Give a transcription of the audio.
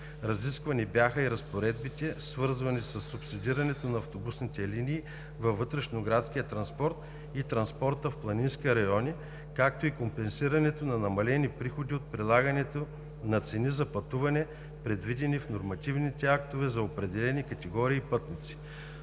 Разисквани бяха и разпоредбите, свързани със субсидирането на автобусните линии във вътрешноградския транспорт и транспорта в планинските райони, както и компенсирането на намалените приходи от прилагането на цени за пътуване, предвидени в нормативните актове за определени категории пътници.